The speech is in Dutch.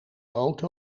auto